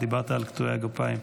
דיברת על קטועי הגפיים,